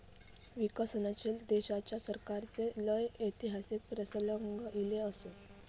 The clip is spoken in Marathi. विकसनशील देशाच्या सरकाराचे लय ऐतिहासिक प्रसंग ईले असत